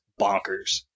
bonkers